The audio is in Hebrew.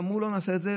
אמרו: לא נעשה את זה,